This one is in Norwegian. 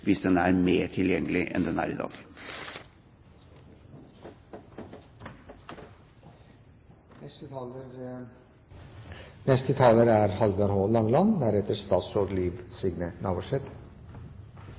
hvis den er mer tilgjengelig enn den er i dag.